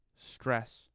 stress